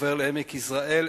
עובר לעמק יזרעאל,